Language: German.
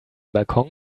balkon